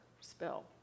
spill